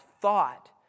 thought